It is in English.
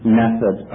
method